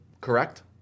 Correct